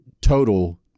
Total